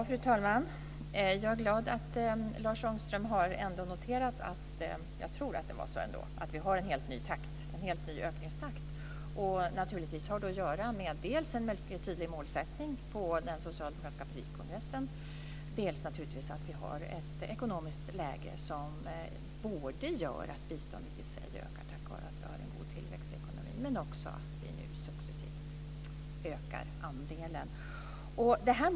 Fru talman! Jag är glad att Lars Ångström ändå har noterat - jag tror att det var så - att vi har en helt ny ökningstakt. Det har naturligtvis att göra med dels en mycket tydlig målsättning från den socialdemokratiska partikongressen, dels att vi har ett ekonomiskt läge som både gör att biståndet i sig ökar tack vare en god tillväxt i ekonomin och gör att vi successivt kan öka andelen.